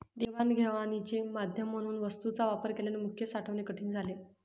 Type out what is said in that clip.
देवाणघेवाणीचे माध्यम म्हणून वस्तूंचा वापर केल्याने मूल्य साठवणे कठीण झाले